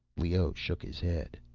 leoh shook his head.